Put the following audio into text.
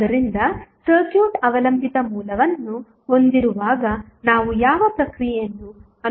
ಆದ್ದರಿಂದ ಸರ್ಕ್ಯೂಟ್ ಅವಲಂಬಿತ ಮೂಲವನ್ನು ಹೊಂದಿರುವಾಗ ನಾವು ಯಾವ ಪ್ರಕ್ರಿಯೆಯನ್ನು ಅನುಸರಿಸಬೇಕು